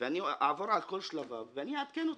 ואני אעבור על כל שלביו ואני אעדכן אותך.